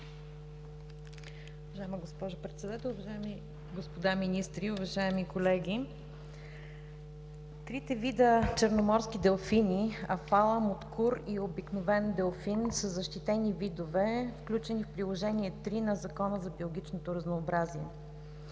Уважаема госпожо Председател, уважаеми господа министри, уважаеми колеги! Трите вида черноморски делфини – афала, муткур и обикновен делфин, са защитени видове, включени в Приложение № 3 на Закона за биологичното разнообразие.